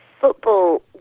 football